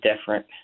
different